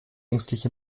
ängstlich